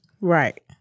right